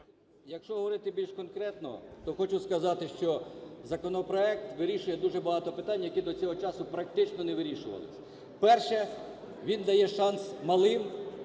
Якщо говорити більш конкретно, то хочу сказати, що законопроект вирішує дуже багато питань, які до цього часу практично не вирішувались. Перше. Він дає шанс малим